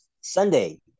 Sunday